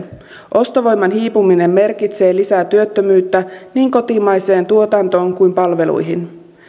ostovoiman hiipuminen merkitsee lisää työttömyyttä niin kotimaiseen tuotantoon kuin palveluihin